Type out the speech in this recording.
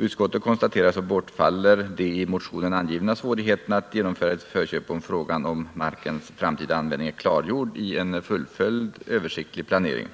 Utskottet konstaterar att de av motionärerna angivna svårigheterna att genomföra ett förköp bortfaller, om frågan om markens framtida användning är klargjord i en fullföljd översiktlig planering.